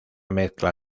mezcla